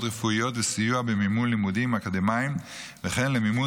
רפואיות וסיוע במימון לימודים אקדמיים וכן למימון